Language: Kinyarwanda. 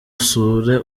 usure